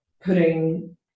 putting